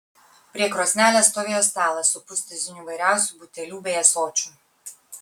prie krosnelės stovėjo stalas su pustuziniu įvairiausių butelių bei ąsočių